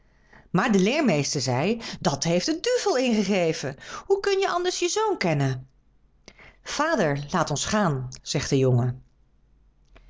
maar de leermeester zei dat heeft je de duivel ingegeven hoe kun je anders je zoon kennen vader laat ons gaan zegt de jongen